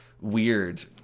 weird